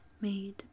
made